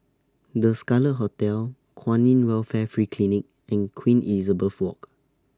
The Scarlet Hotel Kwan in Welfare Free Clinic and Queen Elizabeth Walk